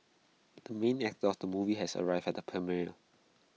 the main actor of the movie has arrived at the premiere